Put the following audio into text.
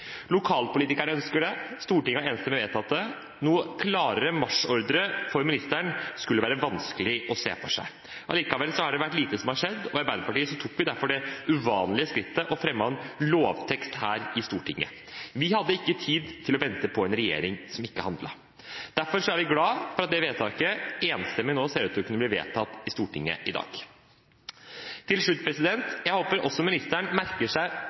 Stortinget har enstemmig vedtatt det. Noen klarere marsjordre for ministeren skulle det være vanskelig å se for seg. Likevel har lite skjedd. I Arbeiderpartiet tok vi derfor det uvanlige skrittet og fremmet en lovtekst her i Stortinget. Vi hadde ikke tid til å vente på en regjering som ikke handlet. Derfor er vi nå glad for at det vedtaket ser ut til å kunne bli enstemmig vedtatt i Stortinget i dag. Til slutt: Jeg håper også at ministeren merker seg